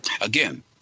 Again